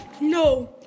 No